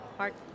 heart